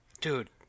Dude